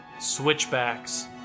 switchbacks